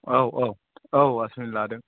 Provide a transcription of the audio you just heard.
औ औ औ वात्समेन लादों